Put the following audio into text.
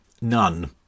None